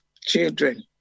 children